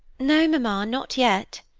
no, mamma, not yet.